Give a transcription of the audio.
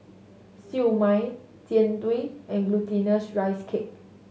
Siew Mai Jian Dui and Glutinous Rice Cake